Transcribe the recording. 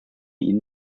ihnen